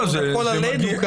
והכול עלינו,